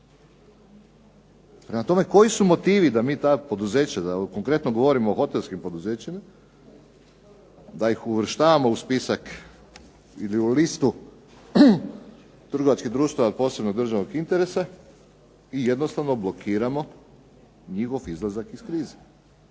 Prema tome, koji su motivi da ta poduzeća konkretno govorimo o hotelskih poduzećima, da ih uvrštavamo u spisak ili u listu trgovačkih društava od posebnog državnog interesa i jednostavno blokiramo njihov izlazak iz krize?